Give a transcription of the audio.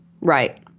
Right